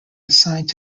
assigned